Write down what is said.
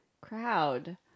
crowd